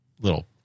little